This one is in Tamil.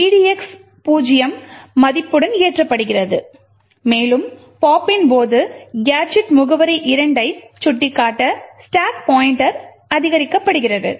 எனவே edx 0 மதிப்புடன் ஏற்றப்படுகிறது மேலும் pop பின் போது கேஜெட் முகவரி 2 ஐ சுட்டிக்காட்ட ஸ்டாக் பாய்ண்ட்டர் அதிகரிக்கப்படுகிறது